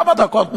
כמה דקות מכאן.